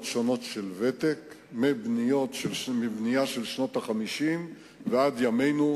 שונות של ותק: מבנייה של שנות ה-50 ועד ימינו,